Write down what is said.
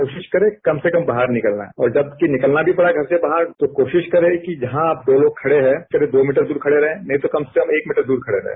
कोशिश करें कम से कम बाहर निकलना है और जब कि निकलना भी पड़ा घर से बाहर तो कोशिश करें कि जहां आप दो लोग खड़े हैं दो मीटर दूर खड़े रहें नहीं तो कम से कम एक मीटर दूर खड़े रहें